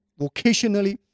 vocationally